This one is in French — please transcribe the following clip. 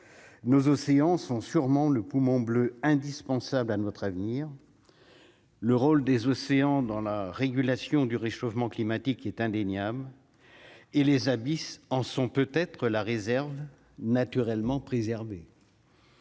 nos océans sont sûrement le poumon bleu indispensable à notre avenir, le rôle des océans dans la régulation du réchauffement climatique est indéniable et les abysses en sont peut être la réserve naturellement.